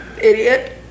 Idiot